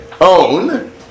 own